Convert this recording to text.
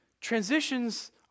Transitions